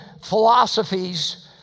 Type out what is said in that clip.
philosophies